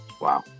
Wow